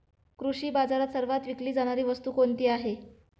कृषी बाजारात सर्वात विकली जाणारी वस्तू कोणती आहे?